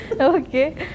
Okay